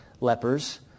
lepers